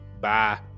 Bye